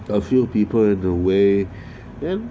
there are a few people the way then